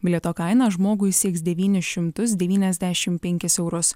bilieto kaina žmogui sieks devynis šimtus devyniasdešim penkis eurus